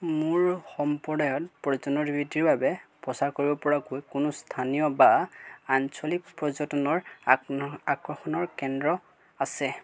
মোৰ সম্প্ৰদায়ত বাবে প্ৰচাৰ কৰিব পৰাকৈ কোনো স্থানীয় বা আঞ্চলিক পৰ্যটনৰ আকন আকৰ্ষণৰ কেন্দ্ৰ আছে